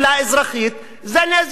זה נזק לאזרחית,